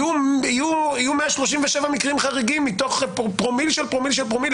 יהיו 137 מקרים חריגים, שהם פרומיל של פרומיל.